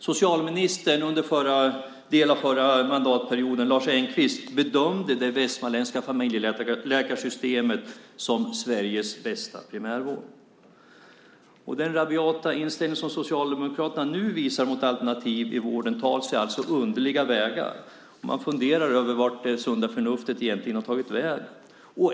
Socialministern under en del av förra mandatperioden, Lars Engqvist, bedömde det västmanländska familjeläkarsystemet som Sveriges bästa primärvård. Den rabiata inställning som Socialdemokraterna nu visar mot alternativ i vården tar sig alltså underliga vägar. Man funderar över vart det sunda förnuftet egentligen tagit vägen.